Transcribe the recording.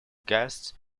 guests